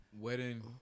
Wedding